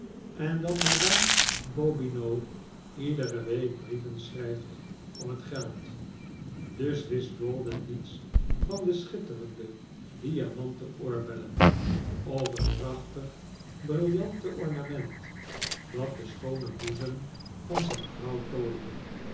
en dat madame bobinot iedere week brieven schrijft om het geld dus wist rawdon niets van de schitterende diamanten oorbellen of het prachtig briljanten ornament dat den schoonen boezem van zijn vrouw tooide